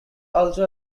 also